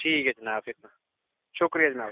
ठीक ऐ जनाब फिर तां शुक्रिया जनाब